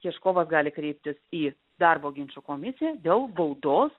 ieškovas gali kreiptis į darbo ginčų komisiją dėl baudos